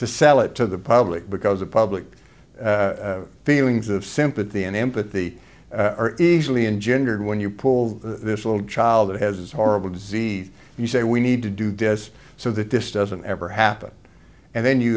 to sell it to the public because the public feelings of sympathy and empathy are easily engendered when you pull this little child has horrible disease you say we need to do this so that this doesn't ever happen and then you